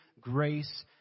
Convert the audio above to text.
grace